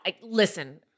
Listen